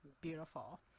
beautiful